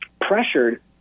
pressured